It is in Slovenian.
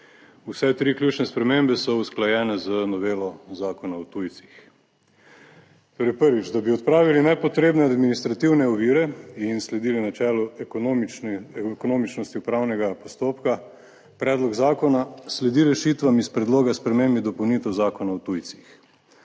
Vse tri ključne spremembe so usklajene z novelo Zakona o tujcih. Torej prvič, da bi odpravili nepotrebne administrativne ovire in sledili načelu ekonomičnosti upravnega postopka, predlog zakona sledi rešitvam iz predloga sprememb in dopolnitev Zakona o tujcih.